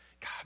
God